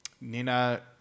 Nina